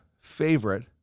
favorite